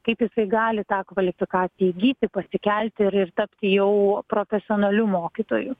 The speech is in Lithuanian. kaip jisai gali tą kvalifikaciją įgyti pasikelti ir ir tapti jau profesionaliu mokytoju